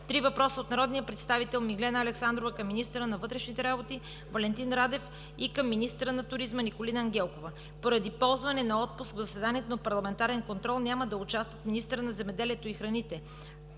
три въпроса от народния представител Миглена Александрова към министъра на вътрешните работи Валентин Радев; и към министъра на туризма Николина Ангелкова. Поради ползване на отпуск в заседанието за парламентарен контрол няма да участват министърът на земеделието, храните